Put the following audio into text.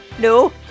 No